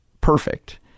perfect